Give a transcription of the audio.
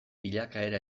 bilakaera